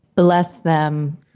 bless them.